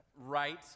right